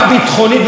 והמדינית,